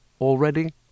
Already